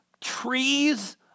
trees